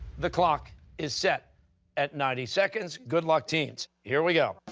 the clock is set at ninety seconds. good luck, teams. here we go.